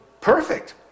perfect